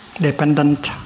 dependent